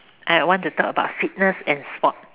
I I want to talk about fitness and sport